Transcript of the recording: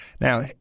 Now